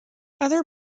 other